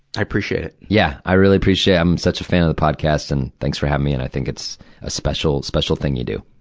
i appreciate it. yeah. i really appreciate, i'm such a fan of the podcast. and, thanks for having me and i think it's a special, special thing you do.